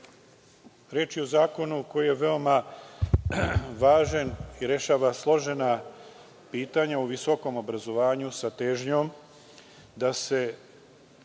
Reč je o Zakonu koji je veoma važan i rešava složena pitanja o visokom obrazovanju, sa težnjom da se